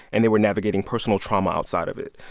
and they were navigating personal trauma outside of it.